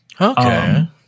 Okay